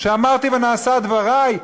שאמרתי ונעשה דברי?